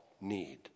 need